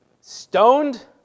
stoned